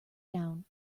down